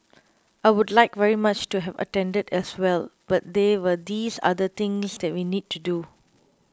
I would like very much to have attended as well but there were these other things that we need to do